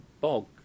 bog